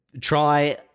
try